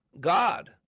God